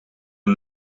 hun